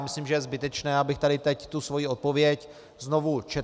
Myslím, že je zbytečné, abych tady teď svoji odpověď znovu četl.